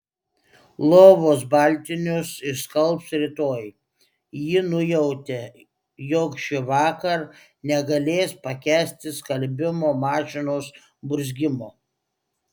lovos baltinius išskalbs rytoj ji nujautė jog šįvakar negalės pakęsti skalbimo mašinos burzgimo